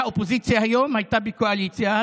והאופוזיציה היום הייתה בקואליציה.